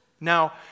Now